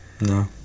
No